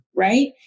right